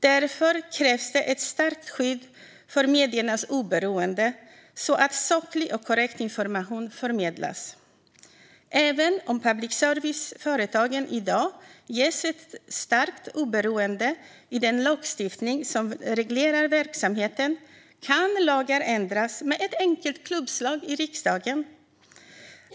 Därför krävs det ett starkt skydd för mediernas oberoende, så att saklig och korrekt information förmedlas. Även om public service-företagen i dag ges ett starkt oberoende i den lagstiftning som reglerar verksamheten kan lagar ändras med ett enkelt klubbslag i riksdagen.